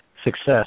Success